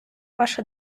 ваша